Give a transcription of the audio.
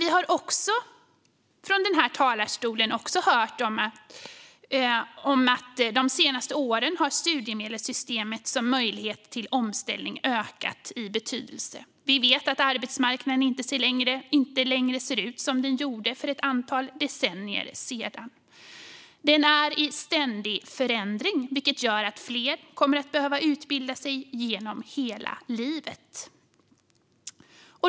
Vi har också från den här talarstolen hört att studiemedelssystemet som en möjlighet till omställning har ökat i betydelse de senaste åren. Vi vet att arbetsmarknaden inte längre ser ut som den gjorde för ett antal decennier sedan. Den är i ständig förändring, vilket gör att fler kommer att behöva utbilda sig genom hela livet.